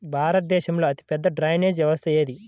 భారతదేశంలో అతిపెద్ద డ్రైనేజీ వ్యవస్థ ఏది?